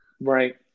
Right